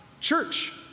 church